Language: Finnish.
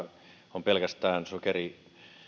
pelkästään sokeria